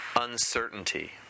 uncertainty